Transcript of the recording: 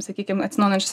sakykim atsinaujinančios